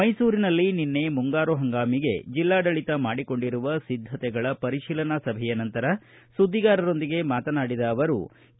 ಮೈಸೂರಿನಲ್ಲಿ ನಿನ್ನೆ ಮುಂಗಾರು ಪಂಗಾಮಿಗೆ ಜಿಲ್ಲಾಡಳಿತ ಮಾಡಿಕೊಂಡಿರುವ ಸಿದ್ದತೆಗಳ ಪರಿಶೀಲನಾ ಸಭೆಯ ನಂತರ ಸುದ್ದಿಗಾರರೊಂದಿಗೆ ಮಾತನಾಡಿದ ಅವರು ಕೆ